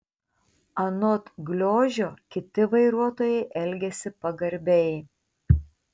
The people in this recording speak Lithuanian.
anot gliožio kiti vairuotojai elgiasi pagarbiai